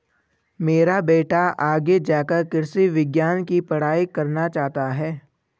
मेरा बेटा आगे जाकर कृषि विज्ञान की पढ़ाई करना चाहता हैं